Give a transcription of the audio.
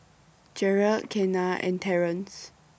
Jerald Kenna and Terrance